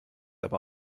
aber